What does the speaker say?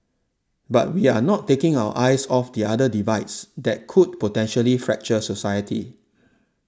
but we are not taking our eyes off the other divides that could potentially fracture society